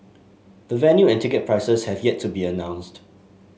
the venue and ticket prices have yet to be announced